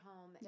home